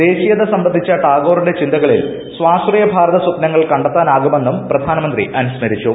ദേശീയത സംബന്ധിച്ച ടാഗോറിന്റെ ചിന്തകളിൽ സ്വാശ്രയ ഭാരത സ്വപ്നങ്ങൾ കണ്ടെത്താനാകുമെന്നും പ്രധാനമന്ത്രി അനുസ്മരിച്ചു